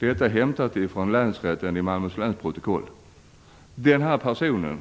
Detta är hämtat från ett protokoll från länsrätten i Malmöhus län. Denna person